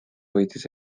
võitis